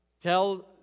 Tell